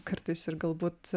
kartais ir galbūt